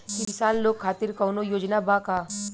किसान लोग खातिर कौनों योजना बा का?